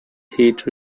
heat